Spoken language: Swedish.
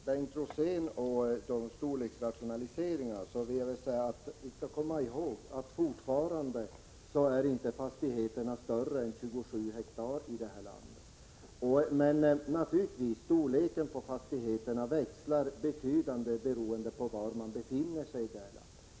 Herr talman! När det gäller storleksrationaliseringarna, Bengt Rosén, ville jagatt vi skall komma ihåg att jordbruksfastigheterna i detta land fortfarande inte är större än 27 hektar. Storleken på fastigheterna växlar naturligtvis beroende på var de ligger.